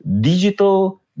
Digital